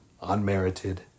unmerited